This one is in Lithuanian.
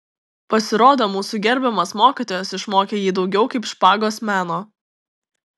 pasirodo mūsų gerbiamas mokytojas išmokė jį daugiau kaip špagos meno